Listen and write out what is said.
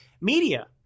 media